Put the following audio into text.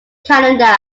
canada